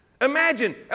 Imagine